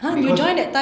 because